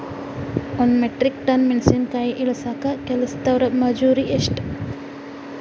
ಒಂದ್ metric ton ಮೆಣಸಿನಕಾಯಿ ಇಳಸಾಕ್ ಕೆಲಸ್ದವರ ಮಜೂರಿ ಎಷ್ಟ?